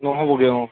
নহ'বগৈ অঁ